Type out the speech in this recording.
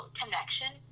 connection